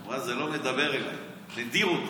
אז היא אמרה: זה לא מדבר אליי, ההמנון.